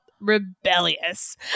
rebellious